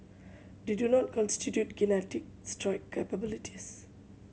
they do not constitute kinetic strike capabilities